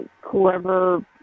whoever